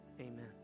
amen